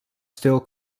still